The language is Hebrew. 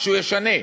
שהוא ישנה.